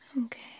Okay